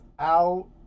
out